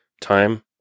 Time